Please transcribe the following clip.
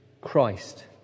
Christ